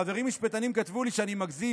חברים משפטנים כתבו לי שאני מגזים,